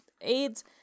AIDS